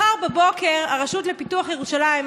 מחר בבוקר הרשות לפיתוח ירושלים,